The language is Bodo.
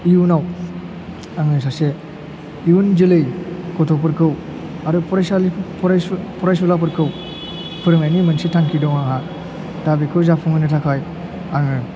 इयुनाव आङो सासे इयुन जोलै गथ'फोरखौ आरो फरायसालि फरायसु फरायसुलाफोरखौ फोरोंनायनि मोनसे थांखि दं आंहा दा बेखौ जाफुं होनो थाखाय आङो